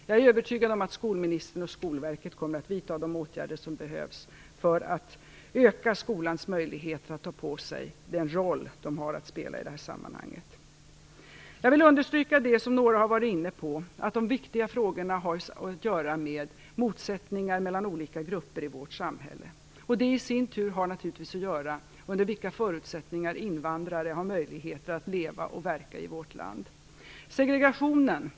Jag är övertygad om att skolministern och Skolverket kommer att vidta de åtgärder som behövs för att öka skolans möjligheter att ta på sig den roll den har att spela i det här sammanhanget. Jag vill understryka det som några har varit inne på, nämligen att det viktiga frågorna har att göra med motsättningar mellan olika grupper i vårt samhälle. Det har i sin tur att göra med under vilka förutsättningar invandrare har möjligheter att leva och verka i vårt land.